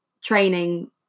training